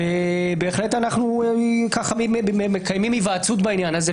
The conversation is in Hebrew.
בהחלט אנחנו מקיימים היוועצות בעניין הזה,